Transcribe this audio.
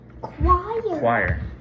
choir